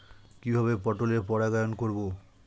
কিভাবে পটলের পরাগায়ন করব?